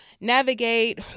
navigate